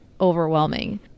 overwhelming